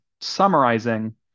summarizing